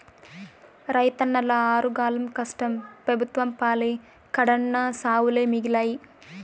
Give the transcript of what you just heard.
రైతన్నల ఆరుగాలం కష్టం పెబుత్వం పాలై కడన్నా సావులే మిగిలాయి